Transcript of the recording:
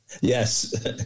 Yes